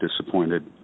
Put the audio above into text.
disappointed